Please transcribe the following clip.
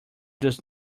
does